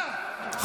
אתה כלומניק, בושה.